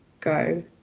go